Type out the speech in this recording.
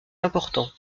important